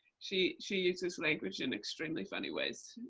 she she uses language in extremely funny ways,